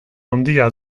handia